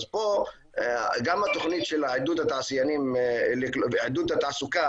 גם העדות של עידוד התעשיינים ועידוד התעסוקה